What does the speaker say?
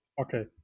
Okay